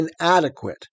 inadequate